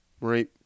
Right